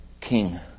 king